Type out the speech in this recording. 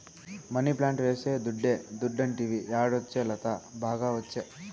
money plant వేస్తే దుడ్డే దుడ్డంటివి యాడొచ్చే లత, బాగా ఒచ్చే